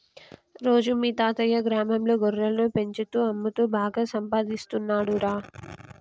రాజు మీ తాతయ్యా గ్రామంలో గొర్రెలను పెంచుతూ అమ్ముతూ బాగా సంపాదిస్తున్నాడురా